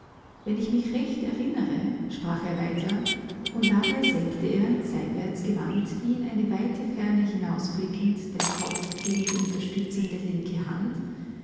wenn ich mich recht erinnere sprach er weiter und dabei senkte er seitwärts gewandt wie in eine weite ferne hinausblickend den kopf gegen die unterstützende linke hand